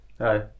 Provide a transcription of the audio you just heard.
Hi